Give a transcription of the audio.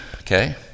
okay